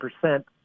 percent